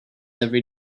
every